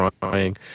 trying